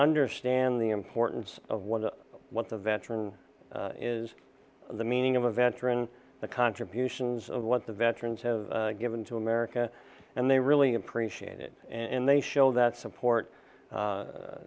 understand the importance of wonder what the veteran is the meaning of adventure in the contributions of what the veterans have given to america and they really appreciate it and they show that support